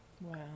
Wow